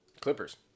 Clippers